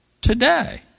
today